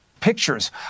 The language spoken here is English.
pictures